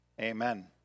Amen